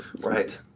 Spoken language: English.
Right